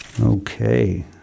Okay